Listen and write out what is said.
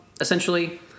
essentially